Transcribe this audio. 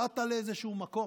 שטה לאיזשהו מקום,